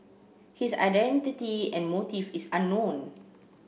his identity and motive is unknown